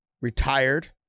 retired